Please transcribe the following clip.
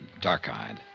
dark-eyed